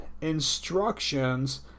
instructions